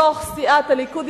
בתוך סיעת הליכוד,